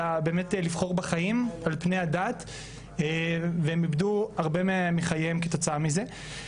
אלא באמת לבחור בחיים לפני הדת והם איבדו הרבה מחייהם כתוצאה מכך.